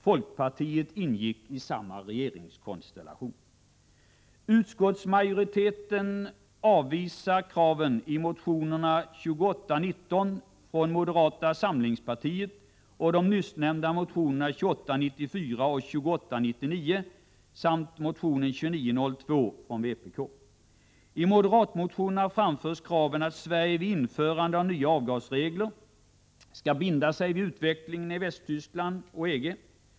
Folkpartiet ingick i samma regeringskonstellation. I moderatmotionen framförs kraven att Sverige vid införandet av nya avgasregler skall binda sig vid utvecklingen i Västtyskland och EG.